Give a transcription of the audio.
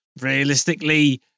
realistically